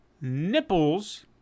nipples